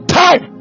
time